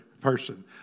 person